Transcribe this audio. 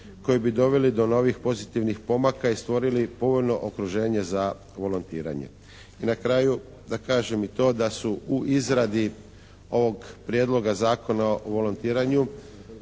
koji bi doveli do novih pozitivnih pomaka i stvorili povoljno okruženje za volontiranje. I na kraju da kažem i to da su u izradi ovog Prijedloga zakona o volontiranju